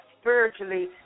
spiritually